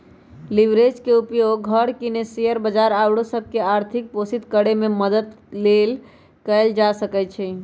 leverage के उपयोग घर किने, शेयर बजार आउरो सभ के आर्थिक पोषित करेमे मदद लेल कएल जा सकइ छै